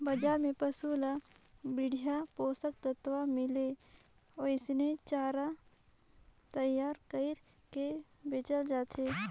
बजार में पसु ल बड़िहा पोषक तत्व मिले ओइसने चारा तईयार कइर के बेचल जाथे